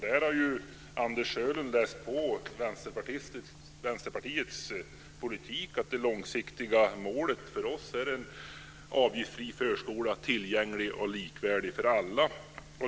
Där har Anders Sjölund läst på Vänsterpartiets politik, att det långsiktiga målet för oss är en avgiftsfri förskola tillgänglig och likvärdig för alla.